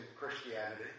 Christianity